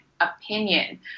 opinion